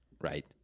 Right